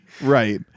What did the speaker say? Right